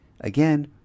Again